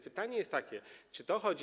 Pytanie jest takie: Czy to chodzi.